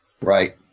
Right